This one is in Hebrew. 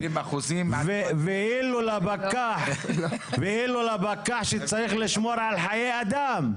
ואילו לפקח שצריך לשמור על חיי אדם,